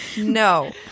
No